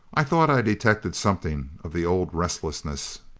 i thought i detected something of the old restlessness.